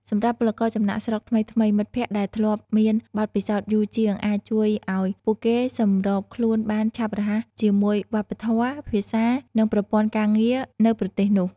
សម្រាប់ពលករចំណាកស្រុកថ្មីៗ មិត្តភក្តិដែលធ្លាប់មានបទពិសោធន៍យូរជាង អាចជួយឱ្យពួកគេសម្របខ្លួនបានឆាប់រហ័សជាមួយ វប្បធម៌ ភាសា និងប្រព័ន្ធការងារ នៅប្រទេសនោះ ។